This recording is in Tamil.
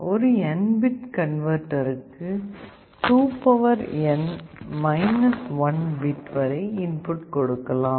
ஒரு N பிட் கன்வர்ட்டருக்கு 2N 1 பிட் வரை இன்புட் கொடுக்கலாம்